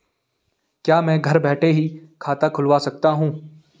क्या मैं घर बैठे ही खाता खुलवा सकता हूँ?